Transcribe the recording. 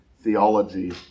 theology